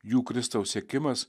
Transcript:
jų kristaus sekimas